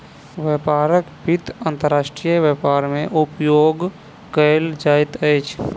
व्यापारक वित्त अंतर्राष्ट्रीय व्यापार मे उपयोग कयल जाइत अछि